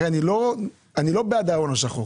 הרי אני לא בעד ההון השחור